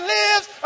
lives